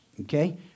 Okay